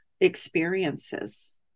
experiences